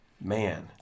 man